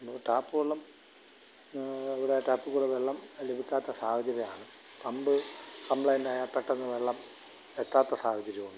നമുക്ക് ടാപ്പുവെള്ളം ഇവിടെ ടാപ്പില്ക്കൂടെ വെള്ളം ലഭിക്കാത്ത സാഹചര്യാണ് പമ്പ് കമ്പ്ലേന്റായാല് പെട്ടെന്ന് വെള്ളം എത്താത്ത സാഹചര്യമുണ്ട്